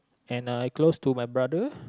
and I close to my brother